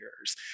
years